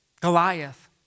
Goliath